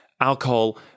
alcohol